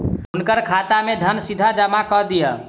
हुनकर खाता में धन सीधा जमा कअ दिअ